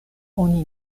oni